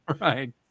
Right